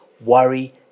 worry